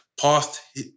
past